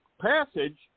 passage